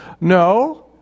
No